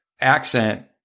accent